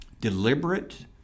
deliberate